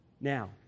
Now